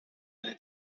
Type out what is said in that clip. many